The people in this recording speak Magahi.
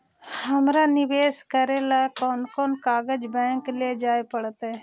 हमरा निवेश करे ल कोन कोन कागज बैक लेजाइ पड़तै?